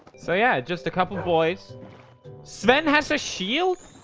so yeah, just a couple boys sven has a shield